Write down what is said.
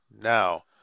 Now